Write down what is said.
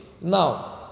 Now